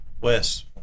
Wes